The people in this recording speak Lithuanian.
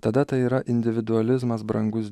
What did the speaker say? tada tai yra individualizmas brangus